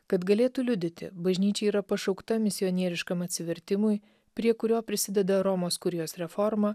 kad galėtų liudyti bažnyčia yra pašaukta misionieriškam atsivertimui prie kurio prisideda romos kurijos reforma